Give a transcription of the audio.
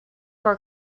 for